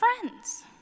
friends